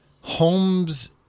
Holmes